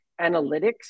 analytics